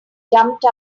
jumped